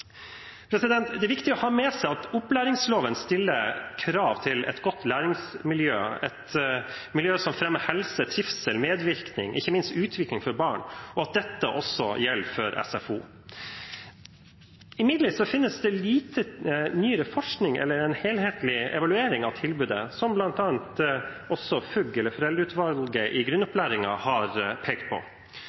Det er viktig å ha med seg at opplæringsloven stiller krav til et godt læringsmiljø – et miljø som fremmer helse, trivsel, medvirkning og utvikling for barn, ikke minst, og at dette også gjelder for SFO. Imidlertid finnes det lite nyere forskning eller en helhetlig evaluering av tilbudet, som bl.a. også FUG, Foreldreutvalget for grunnopplæringen, har pekt på.